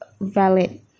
valid